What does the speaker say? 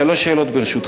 שלוש שאלות, ברשותך.